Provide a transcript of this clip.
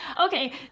Okay